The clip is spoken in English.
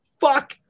fuck